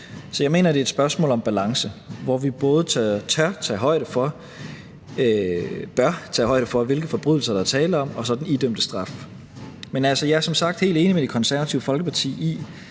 Så jeg mener, det er et spørgsmål om balance, hvor vi både bør tage højde for, hvilke forbrydelser der er tale om, og så den idømte straf. Men jeg er som sagt helt enig med Det Konservative Folkeparti i,